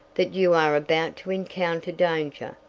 that you are about to encounter danger.